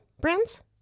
brands